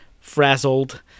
frazzled